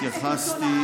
התייחסתי,